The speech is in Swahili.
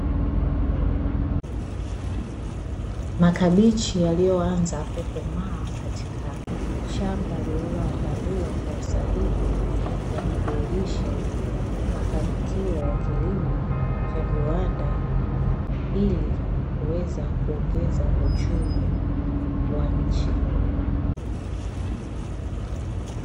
Makabichi yaliyoanza kukomaa katika shamba lililoandaliwa kwa usahihi, yanadhihirisha mafanikio ya kilimo cha viwanda ili kuweza kuongeza uchumi wa nchi.